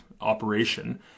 operation